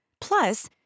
Plus